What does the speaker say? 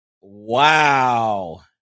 Wow